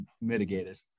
mitigated